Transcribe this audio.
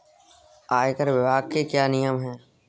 आयकर विभाग के क्या नियम हैं?